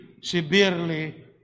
severely